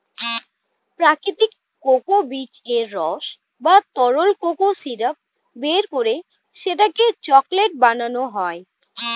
প্রাকৃতিক কোকো বীজের রস বা তরল কোকো সিরাপ বের করে সেটাকে চকলেট বানানো হয়